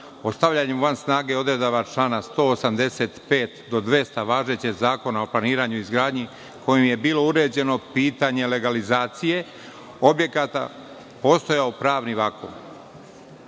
stavljanju van snage odredbi člana od 185. do 200. važećeg Zakona o planiranju i izgradnji kojim je bilo uređeno pitanje legalizacije objekata postajao pravni vakum.